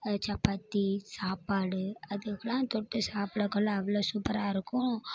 சப்பாத்தி சாப்பாடு அதுக்கெலாம் தொட்டு சாப்பிடக்கொள்ள அவ்வளோ சூப்பராக இருக்கும்